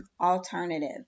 alternative